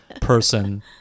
person